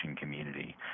community